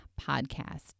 podcast